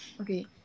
Okay